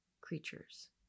creatures